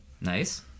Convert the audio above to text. Nice